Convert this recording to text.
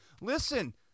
Listen